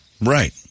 Right